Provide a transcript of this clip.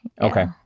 Okay